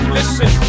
listen